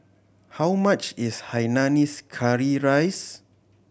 how much is hainanese curry rice